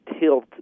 tilt